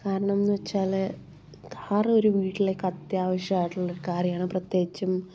കാരണംന്ന് വെച്ചാൽ കാറൊരു വീട്ടിലേക്ക് അത്യാവശ്യമായിട്ടുള്ള ഒരു കാര്യമാണ് പ്രത്യേകിച്ചും